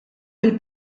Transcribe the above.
mill